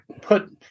put